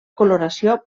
coloració